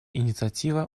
инициатива